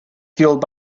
fueled